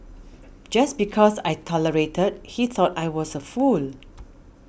just because I tolerated he thought I was a fool